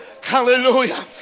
Hallelujah